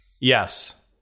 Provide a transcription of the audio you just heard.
Yes